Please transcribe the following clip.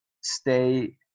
stay